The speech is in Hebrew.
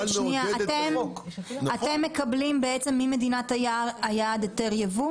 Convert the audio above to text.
אתם מקבלים ממדינת היעד היתר יבוא?